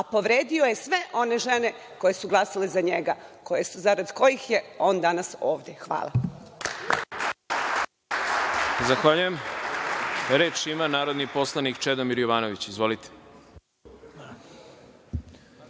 a povredio je i sve one žene koje su glasale za njega, zarad kojih je on danas ovde. Hvala.